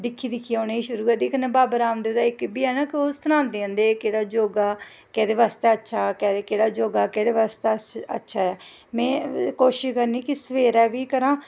दिक्खी दिक्खियैं शुरू करदी फिर बाबा रामदेव दा इक एह् बी है ना केह्ड़ा योगा केह्ड़ा योगा केह्दे बास्तै अच्छा ऐ केह्ड़ा योगा केह्दे बास्ते अच्छा ऐ में कोशश करनी कि सवरैं बा करां